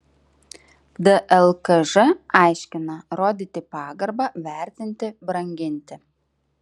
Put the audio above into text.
dlkž aiškina rodyti pagarbą vertinti branginti